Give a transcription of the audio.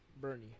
Bernie